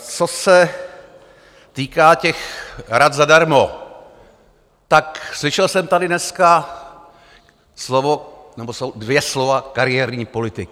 Co se týká těch rad zadarmo, tak slyšel jsem tady dneska slovo, nebo dvě slova kariérní politik.